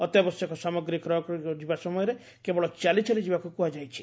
ଅତ୍ୟାବଶ୍ୟକ ସାମଗ୍ରୀ କ୍ରୟ କରିବାକୁ ଯିବା ସମୟରେ କେବଳ ଚାଲି ଚାଲି ଯିବାକୁ କୁହାଯାଇଛି